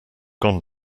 gone